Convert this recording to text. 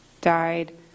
died